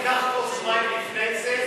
תיקח כוס מים לפני זה,